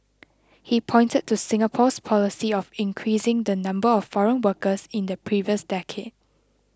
he pointed to Singapore's policy of increasing the number of foreign workers in the previous decade